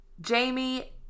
Jamie